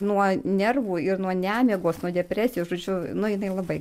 nuo nervų ir nuo nemigos nuo depresijos žodžiu nu jinai labai